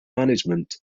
management